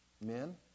Men